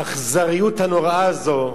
האכזריות הנוראה הזאת,